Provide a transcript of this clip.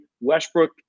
Westbrook